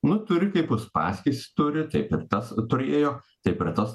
nu turi kaip uspaskis turi taip ir tas turėjo taip ir tas